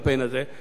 למצער,